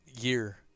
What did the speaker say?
year